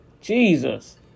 Jesus